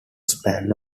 span